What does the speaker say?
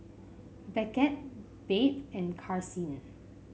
Beckett Babe and Karsyn